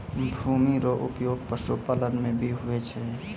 भूमि रो उपयोग पशुपालन मे भी हुवै छै